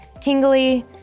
tingly